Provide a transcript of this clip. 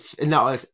no